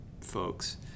folks